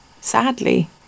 Sadly